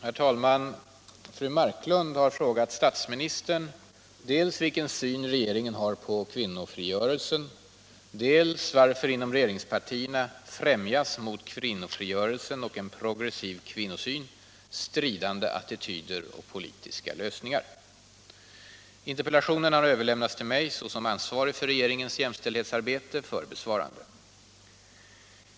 Herr talman! Fru Marklund har frågat statsministern dels vilken syn regeringen har på kvinnofrigörelsen, dels varför inom regeringspartierna främjas mot kvinnofrigörelsen och en progressiv kvinnosyn stridande attityder och politiska lösningar. Interpellationen har överlämnats till mig — såsom ansvarig för regeringens jämställdhetsarbete — för besvarande.